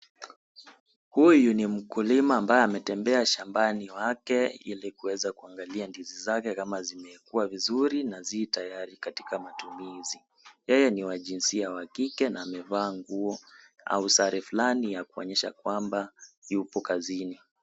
Huyu ni mkulima ambaye ametembea shambani wake ili kuweza kuangalia ndizi zake kama zimekua vizuri na zii tayari katika matumizi, yeye ni wa jinsia wa kike na amevaa nguo au sare fulani ya kuonyesha kwamba yuko kazini.